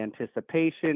anticipation